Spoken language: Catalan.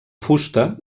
fusta